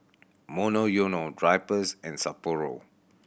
Monoyono Drypers and Sapporo